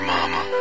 Mama